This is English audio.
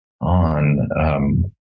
on